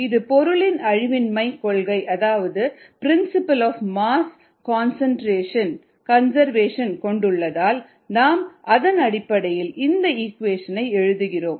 இது பொருளின் அழிவின்மை கொள்கை அதாவது பிரின்ஸ்பல் ஆஃ மாஸ் கன்சர்வேஷன் கொண்டுள்ளதால் நாம் அதன் அடிப்படையில் இந்த இக்வேஷனை எழுதுகிறோம்